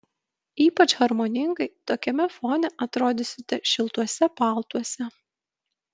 ypač harmoningai tokiame fone atrodysite šiltuose paltuose